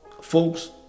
Folks